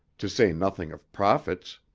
to say nothing of profits.